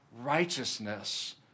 righteousness